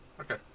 Okay